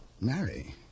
Marry